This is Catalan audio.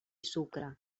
sucre